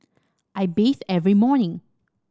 I bathe every morning